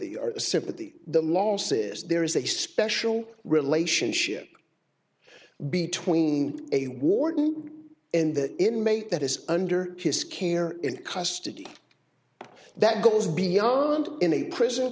the sympathy the losses there is a special relationship between a warden in the inmate that is under his care in custody that goes beyond in a prison